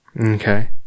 Okay